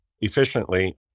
efficiently